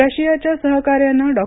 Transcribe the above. रशियाच्या सहकार्यानं डॉ